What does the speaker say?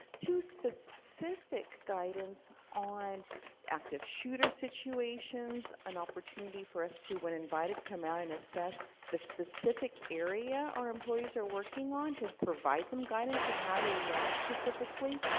to specific guidance on active shooter situations, an opportunity for us to, when invited, come out and assess the specific area our employees are working on to provide them guidance on and how to react, specifically.